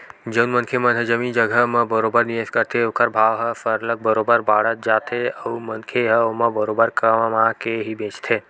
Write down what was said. जउन मनखे मन ह जमीन जघा म बरोबर निवेस करथे ओखर भाव ह सरलग बरोबर बाड़त जाथे अउ मनखे ह ओमा बरोबर कमा के ही बेंचथे